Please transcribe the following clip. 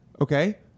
okay